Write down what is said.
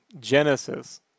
Genesis